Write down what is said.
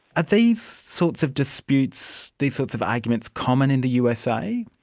ah these sorts of disputes, these sorts of arguments common in the usa?